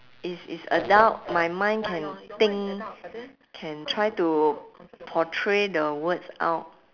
is is adult my mind can think can try to portray the words out